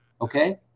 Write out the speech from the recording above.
okay